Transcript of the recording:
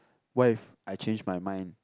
what if I change my mind